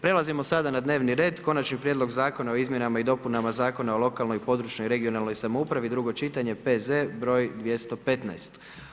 Prelazimo sada na dnevni red: - Konačni prijedlog Zakona o izmjenama i dopunama Zakona o lokalnoj i područnoj (regionalnoj) samoupravi, drugo čitanje, P.Z. br.215.